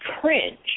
cringe